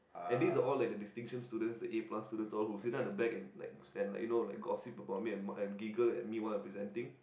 and these are all like the distinction students the A plus students all who sit down at the back and like and like you know like gossip about me and m~ and giggle at me while I'm presenting